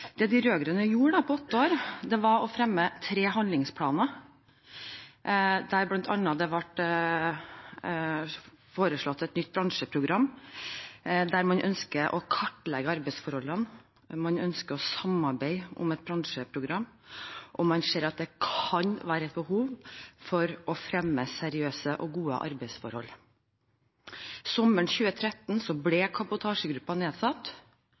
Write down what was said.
Det de rød-grønne gjorde på åtte år, var å fremme tre handlingsplaner, der det bl.a. ble foreslått et nytt bransjeprogram: Man ønsket å kartlegge arbeidsforholdene, man ønsket å samarbeide om et bransjeprogram, og man så at det kan være et behov for å fremme seriøse og gode arbeidsforhold. Sommeren 2013 ble kabotasjegruppen nedsatt,